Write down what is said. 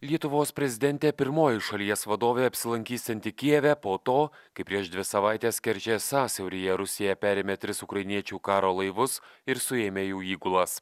lietuvos prezidentė pirmoji šalies vadovė apsilankysianti kijeve po to kai prieš dvi savaites kerčės sąsiauryje rusija perėmė tris ukrainiečių karo laivus ir suėmė jų įgulas